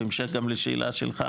בהמשך גם לשאלה שלך,